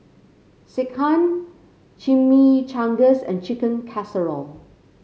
Sekihan Chimichangas and Chicken Casserole